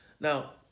now